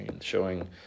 showing